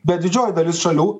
bet didžioji dalis šalių